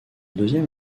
deuxième